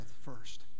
first